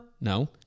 no